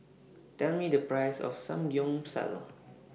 Tell Me The Price of Samgyeopsal